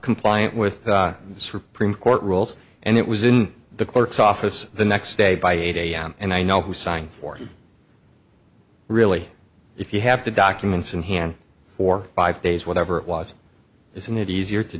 compliant with the supreme court rules and it was in the clerk's office the next day by eight am and i know who signed for really if you have to documents in hand for five days whatever it was isn't it easier to